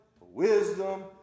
wisdom